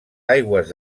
aigües